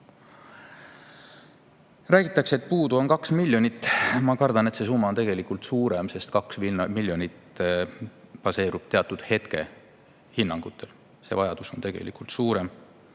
Räägitakse, et puudu on kaks miljonit. Ma kardan, et see summa on tegelikult suurem, sest see summa, kaks miljonit, baseerub teatud hetke hinnangutel, vajadus on tegelikult suurem.